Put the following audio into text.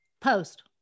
Post